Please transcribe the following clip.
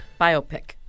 Biopic